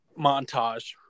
montage